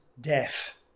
Death